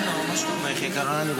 אז למה צריך פגרה?